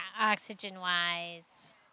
oxygen-wise